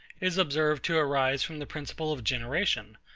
is observed to arise from the principle of generation,